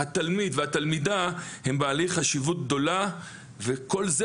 התלמיד והתלמידה הם בעלי חשיבות גדולה וכל זה